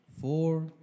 four